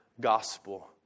gospel